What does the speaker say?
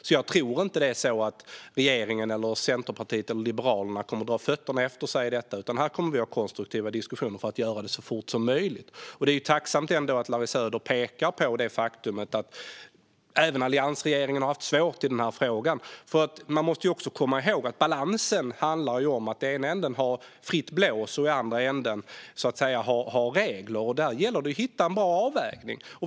Så jag tror inte att regeringen, Centerpartiet eller Liberalerna kommer att dra fötterna efter sig när det gäller detta, utan vi kommer att ha konstruktiva diskussioner för att göra det så fort som möjligt. Det är ändå tacksamt att Larry Söder pekar på det faktum att även alliansregeringen har haft svårt med denna fråga. Man måste nämligen komma ihåg att det handlar om en balans: att i ena änden ha fritt blås och i andra änden ha regler. Där gäller det att hitta en bra avvägning.